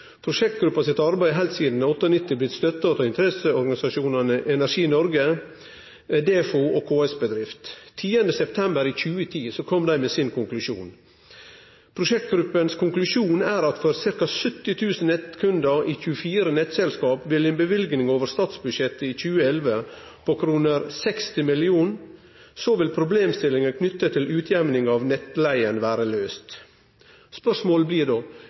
Prosjektgruppa sitt arbeid har heilt sidan 1998 blitt støtta av interesseorganisasjonane Energi Norge, Defo og KS Bedrift. 10. september 2010 kom dei med konklusjonen sin. Konklusjonen til prosjektgruppa er at for ca. 70 000 nettkundar i 24 nettselskap vil problemstillingar knytte til utjamning av nettleige vere løyste ved ei løyving over statsbudsjettet i 2011 på 60 mill. kr. Spørsmålet blir då: